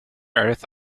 earth